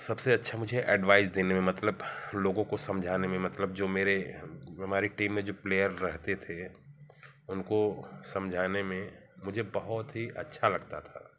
सबसे अच्छा मुझे एडवाइज देने में मतलब लोगों को समझाने में मतलब जो मेरे जो हमारी टीम में जो प्लेयर रहते थे उनको समझाने में मुझे बहुत ही अच्छा लगता था